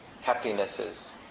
happinesses